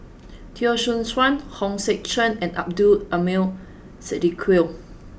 Teo Soon Chuan Hong Sek Chern and Abdul Aleem Siddique